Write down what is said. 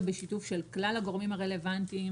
בשיתוף של כלל הגורמים הרלוונטיים,